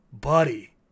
buddy